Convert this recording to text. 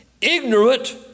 ignorant